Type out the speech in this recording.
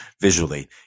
visually